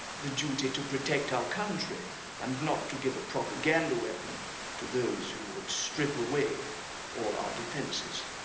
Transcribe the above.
the duty to protect our country and not to give a propaganda weapon to those who would strip away all our defences.